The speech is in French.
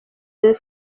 deux